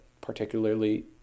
particularly